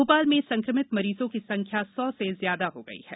भोपाल में संक्रमित मरीजों की संख्या सौ से ज्यादा हो गई है